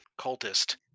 cultist